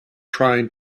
trying